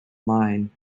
line